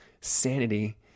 sanity